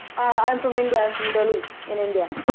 i'm from india. i'm from delhi in india.